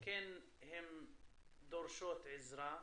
וכן הן דורשות עזרה,